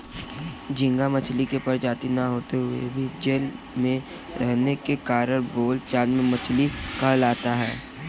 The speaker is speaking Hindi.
झींगा मछली की प्रजाति न होते हुए भी जल में रहने के कारण बोलचाल में मछली कहलाता है